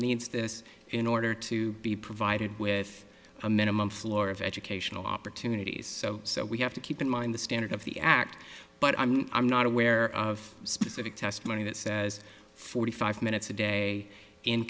needs this in order to be provided with a minimum floor of educational opportunities so so we have to keep in mind the standard of the act but i mean i'm not aware of specific testimony that says forty five minutes a day in